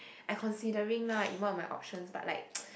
I considering lah in one of my options but like